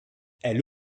elle